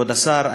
כבוד השר,